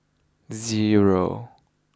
zero